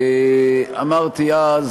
אמרתי אז